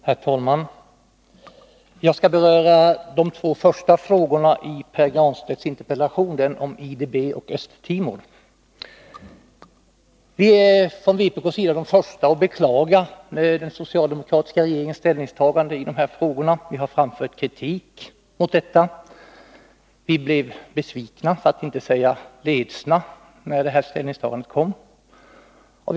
Herr talman! Jag skall beröra de två första frågorna i Pär Granstedts interpellation, nämligen de om IDB och Östra Timor. Vi i vpk är de första att beklaga den socialdemokratiska regeringens ställningstaganden i de här frågorna. Vi har framfört kritik mot dem. Vi blev besvikna, för att inte säga ledsna, när dessa ställningstaganden gjordes.